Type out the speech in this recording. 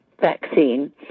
vaccine